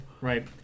Right